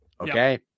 Okay